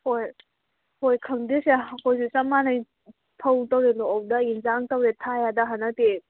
ꯍꯣꯏ ꯍꯣꯏ ꯈꯪꯗꯦꯁꯦ ꯑꯩꯈꯣꯏꯁꯨ ꯆꯞ ꯃꯥꯟꯅꯩ ꯐꯧ ꯇꯧꯔꯦ ꯂꯣꯛꯍꯧꯗ ꯌꯦꯟꯁꯥꯡ ꯇꯧꯔꯦ ꯊꯥꯕ ꯌꯥꯗ ꯍꯟꯗꯛꯇꯤ